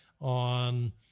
on